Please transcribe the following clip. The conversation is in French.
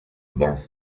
ban